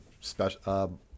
special